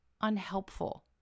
unhelpful